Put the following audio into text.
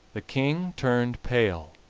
the king turned pale,